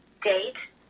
Date